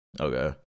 Okay